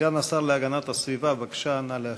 סגן השר להגנת הסביבה, בבקשה, נא להשיב.